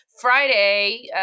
Friday